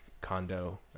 condo